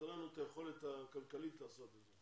אין לנו את היכולת הכלכלית לעשות את זה.